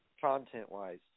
content-wise